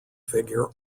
figure